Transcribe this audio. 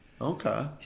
Okay